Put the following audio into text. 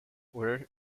were